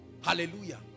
hallelujah